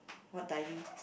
what diving